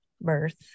birth